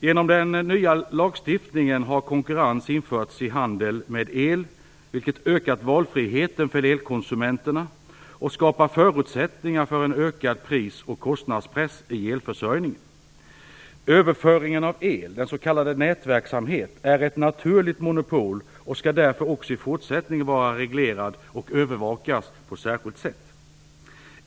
Genom den nya lagstiftningen har konkurrens införts i handeln med el, vilket ökar valfriheten för elkonsumenterna och skapar förutsättningar för en ökad pris och kostnadspress i elförsörjningen. Överföringen av el är ett naturligt monopol och skall därför också i fortsättningen vara reglerad och övervakas på särskilt sätt.